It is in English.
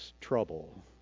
trouble